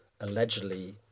allegedly